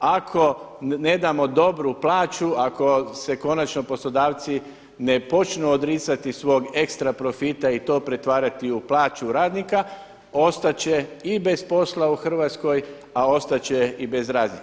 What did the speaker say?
Ako ne damo dobru plaću, ako se konačno poslodavci ne počnu odricati svog ekstra profita i to pretvarati u plaću radnika, ostat će i bez posla u Hrvatskoj, a ostat će i bez radnika.